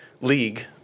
league